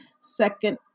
Second